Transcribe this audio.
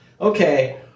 Okay